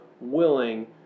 willing